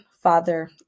father